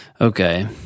Okay